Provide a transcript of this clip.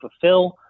fulfill